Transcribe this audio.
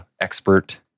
expert